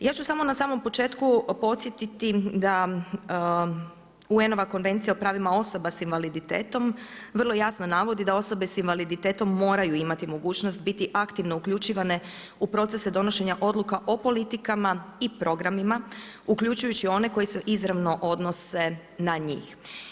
Ja ću samo na samom početku podsjetiti da UN-ova Konvencija o pravima osoba sa invaliditetom vrlo jasno navodi da osobe sa invaliditetom moraju imati mogućnost biti aktivno uključivane u procese donošenja odluka o politikama i programima uključujući one koji se izravno odnose na njih.